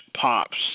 pops